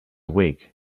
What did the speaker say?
week